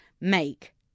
make